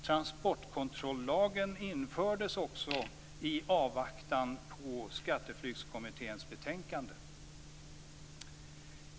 Transportkontrollagen infördes i avvaktan på Skatteflyktskommitténs betänkande.